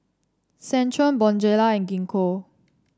Centrum Bonjela and Gingko